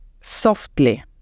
softly